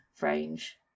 range